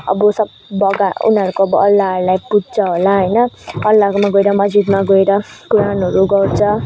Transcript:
अब सब उनीहरूको अल्लाहहरूलाई पुज्छ होला होइन अल्लाहकोमा गएर मस्जिदमा गएर कुराणहरू गर्छ